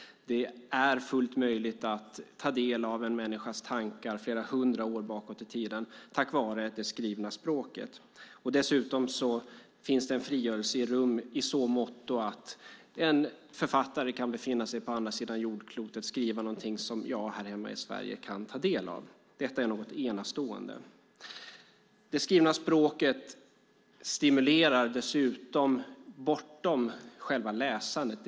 Det är fullt möjligt att ta del av en människas tankar flera hundra år tillbaka i tiden tack vare det skrivna språket. Dessutom finns det en frigörelse i rum i så måtto att en författare kan befinna sig på andra sidan jordklotet och skriva något som jag här hemma i Sverige kan ta del av. Detta är något enastående. Det skrivna språket stimulerar dessutom bortom själva läsandet.